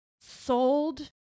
sold